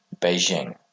Beijing